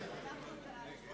ועדת הכנסת לתיקון